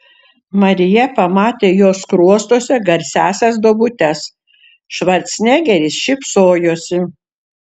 marija pamatė jo skruostuose garsiąsias duobutes švarcnegeris šypsojosi